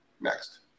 Next